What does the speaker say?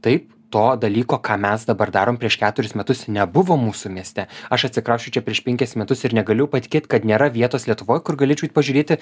taip to dalyko ką mes dabar darom prieš keturis metus nebuvo mūsų mieste aš atsikrausčiau čia prieš penkis metus ir negalėjau patikėt kad nėra vietos lietuvoj kur galėčiau eit pažiūrėti